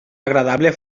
agradable